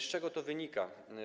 Z czego to wynika?